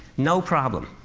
no problem.